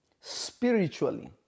spiritually